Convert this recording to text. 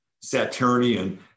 Saturnian